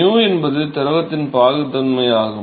𝝻 என்பது திரவத்தின் பாகுத்தன்மை ஆகும்